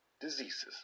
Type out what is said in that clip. diseases